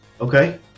Okay